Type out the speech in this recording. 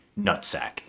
nutsack